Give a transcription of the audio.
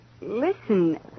Listen